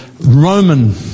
Roman